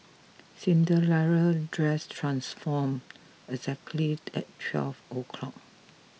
Cinderella's dress transformed exactly at twelve o'clock